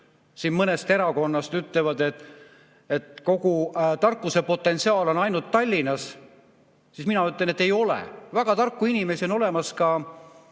mõnest erakonnast ütlevad, et kogu tarkuse potentsiaal on ainult Tallinnas, siis mina ütlen, et ei ole. Väga tarku inimesi on olemas ka